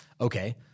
Okay